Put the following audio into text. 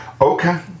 Okay